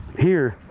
here.